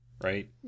right